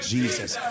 Jesus